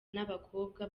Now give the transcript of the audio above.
n’abakobwa